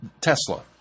Tesla